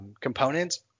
components